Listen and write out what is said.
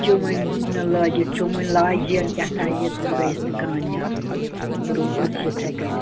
چُمٕنۍ نہٕ لٲگِتھ چُمٕنۍ لاجین کیٛاہتھانۍ یہِ تہٕ سۄ گٔیَس نہٕ کامیابٕے تہٕ روٗدُس یِتھے کٔنۍ